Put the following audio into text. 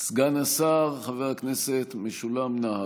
סגן השר חבר הכנסת משולם נהרי.